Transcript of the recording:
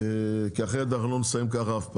כי אחרת אנחנו לא נסיים ככה אף פעם.